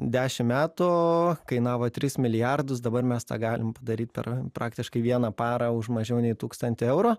dešim metų kainavo tris milijardus dabar mes tą galim padaryt per praktiškai vieną parą už mažiau nei tūkstantį eurų